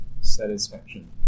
satisfaction